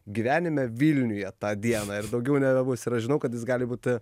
gyvenime vilniuje tą dieną ir daugiau nebebus ir aš žinau kad jis gali būt